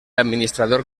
administrador